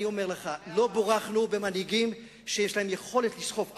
אני אומר לך שלא בורכנו במנהיגים שיש להם יכולת לסחוף עם.